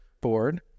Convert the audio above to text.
Board